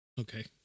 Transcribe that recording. Okay